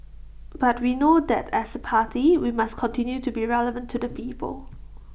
but we know that as A party we must continue to be relevant to the people